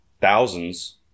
thousands